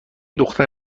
دختر